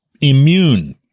immune